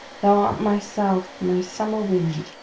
thou art my south, my summer-wind,